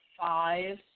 five